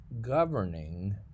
governing